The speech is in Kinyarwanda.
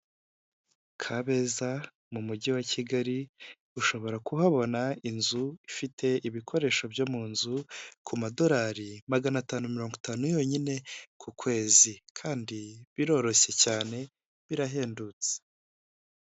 Kabeza mu mujyi wa Kigali ushobora kuhabona inzu ifite ibikoresho byo mu nzu, ku madorari magana atanu mirongo itanu yonyine ku kwezi kandi biroroshye cyane birahendutse.